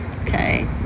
Okay